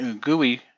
GUI